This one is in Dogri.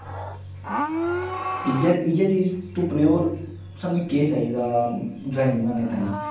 इ'यै इ'यै चीज तुप्पनी होर सानूं केह् चाहिदा ड्रांइग बनाने ताहीं